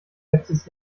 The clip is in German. letztes